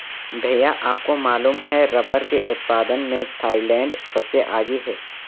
भैया आपको मालूम है रब्बर के उत्पादन में थाईलैंड सबसे आगे हैं